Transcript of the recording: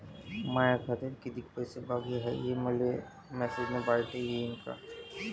माया खात्यात कितीक पैसे बाकी हाय, हे मले मॅसेजन पायता येईन का?